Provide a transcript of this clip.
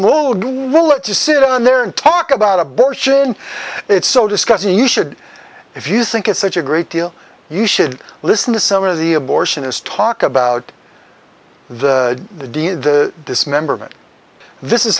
well let's just sit on there and talk about abortion it's so disgusting you should if you think it's such a great deal you should listen to some of the abortionist talk about the dismemberment this is